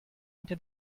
into